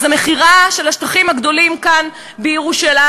אז המכירה של השטחים הגדולים כאן בירושלים,